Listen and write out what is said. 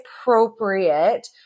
appropriate